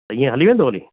त ईअं हली वेंदो हली